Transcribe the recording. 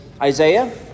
Isaiah